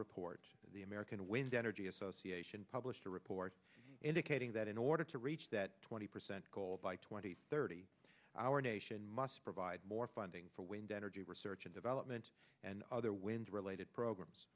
report the american wind energy association published a report indicating that in order to reach that twenty percent goal by twenty thirty our nation must provide more funding for wind energy research and development and other wind related programs